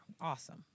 awesome